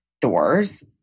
doors